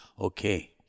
Okay